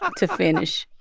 um to finish.